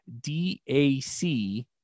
DAC